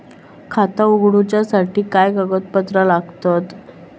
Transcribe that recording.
खाता उगडूच्यासाठी काय कागदपत्रा लागतत?